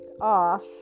off